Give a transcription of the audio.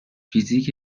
فیزیک